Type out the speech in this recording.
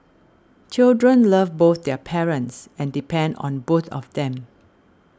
children love both their parents and depend on both of them